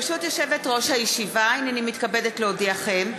ברשות יושבת-ראש הישיבה הנני מתכבדת להודיעכם,